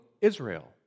Israel